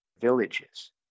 villages